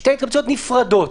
שתי התקבצויות נפרדות,